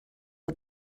are